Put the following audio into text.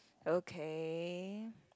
okay